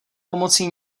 pomocí